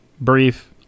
brief